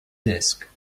disk